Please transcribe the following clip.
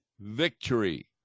victory